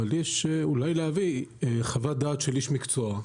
אבל אולי יש להביא חוות דעת של איש מקצוע.